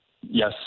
yes